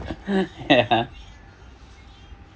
ya